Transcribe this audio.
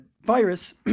virus